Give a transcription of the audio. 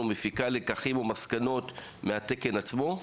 או מפיקה לקחים או מסקנות מהתקן עצמו?